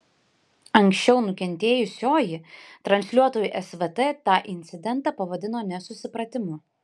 anksčiau nukentėjusioji transliuotojui svt tą incidentą pavadino nesusipratimu